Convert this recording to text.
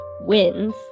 wins